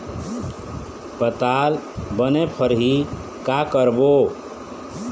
पताल बने फरही का करबो?